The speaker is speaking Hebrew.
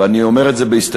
ואני אומר את זה בהסתייגות,